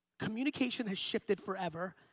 communication has shifted forever,